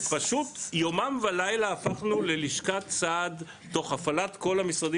פשוט יומם ולילה הפכנו ללשכת סעד תוך הפעלת כל המשרדים